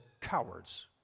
cowards